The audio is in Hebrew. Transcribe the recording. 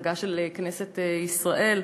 חגה של כנסת ישראל.